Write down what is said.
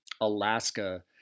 Alaska